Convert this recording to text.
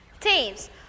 Teams